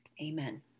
amen